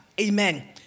Amen